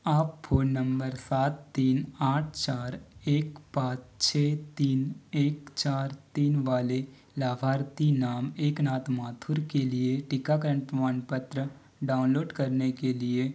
आप phone number सात तीन आठ चार एक पाँच छ तीन एक चार तीन वाले लाभार्थी नाम एकनाथ माथुर के लिए टीकाकरण प्रमाणपत्र डाउनलोड करने के लिए